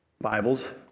Bibles